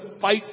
fight